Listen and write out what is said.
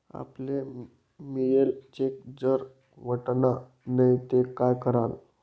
आपले मियेल चेक जर वटना नै ते काय करानं?